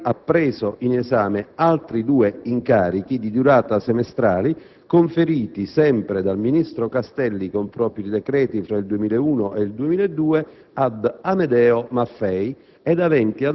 il Collegio per i reati ministeriali ha preso in esame altri due incarichi di durata semestrale conferiti, sempre dal ministro Castelli con propri decreti fra il 2001 e il 2002,